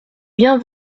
bien